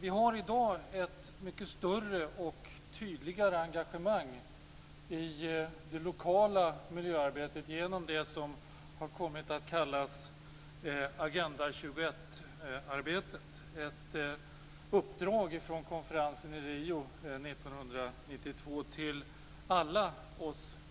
Vi har i dag ett mycket större och tydligare engagemang i det lokala miljöarbetet genom det som har kommit att kallas 1992 till oss alla